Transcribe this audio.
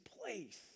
place